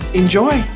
enjoy